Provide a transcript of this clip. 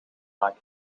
maken